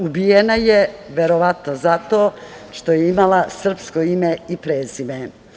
Ubijena je verovatno zato što je imala srpsko ime i prezime.